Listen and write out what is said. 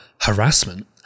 harassment